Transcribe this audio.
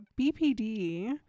bpd